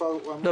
לא,